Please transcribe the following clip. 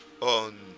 on